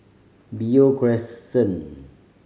Beo Crescent